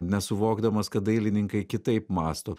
nesuvokdamas kad dailininkai kitaip mąsto